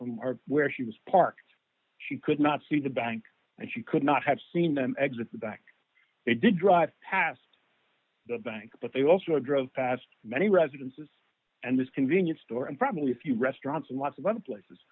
from where she was parked she could not see the bank and she could not have seen them exit the back they did drive past the bank but they also drove past many residences and this convenience store and probably a few restaurants and lots of other places